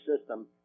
system